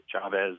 Chavez